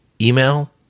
email